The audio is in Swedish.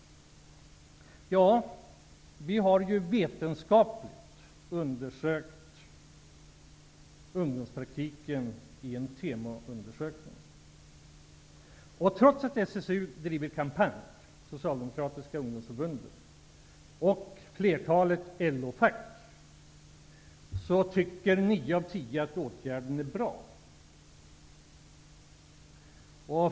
Vi har vetenskapligt undersökt ungdomspraktiken i en Temo-undersökning. Trots att SSU, det socialdemokratiska ungdomsförbundet, och flertalet LO-förbund har drivit en kampanj, tycker nio av tio att åtgärden är bra.